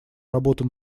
работу